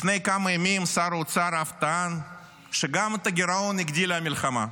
לפני כמה ימים שר האוצר אף טען שגם את הגירעון הגדילה המלחמה.